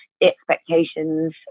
expectations